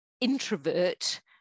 introvert